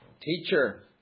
Teacher